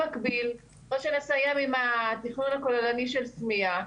במקביל, אחרי שנסיים עם התכנון הכוללני של סמיע,